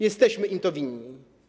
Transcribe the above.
Jesteśmy im to winni.